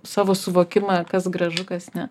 savo suvokimą kas gražu kas ne